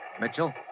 Mitchell